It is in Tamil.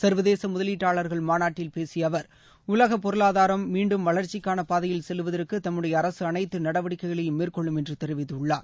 சர்வதேசமுதலீட்டாளர்கள் மாநாட்டில் பேசியஅவர் உலகபொருளாதாரம் மீண்டும் வளர்ச்சிக்கானபாதையில் செல்லுவதற்குதம்முடைய அரசு அனைத்துநடவடிக்கைகளையும் மேற்கொள்ளும் என்றுதெரிவித்துள்ளார்